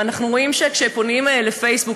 אנחנו רואים שכשפונים לפייסבוק,